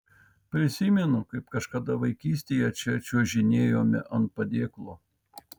prisimenu kaip kažkada vaikystėje čia čiuožinėjome ant padėklo